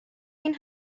این